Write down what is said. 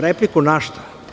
Repliku, na šta?